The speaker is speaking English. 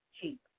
cheap